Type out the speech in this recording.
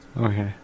Okay